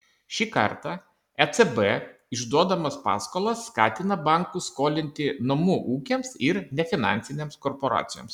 šį kartą ecb išduodamas paskolas skatina bankus skolinti namų ūkiams ir nefinansinėms korporacijoms